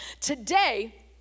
today